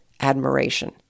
admiration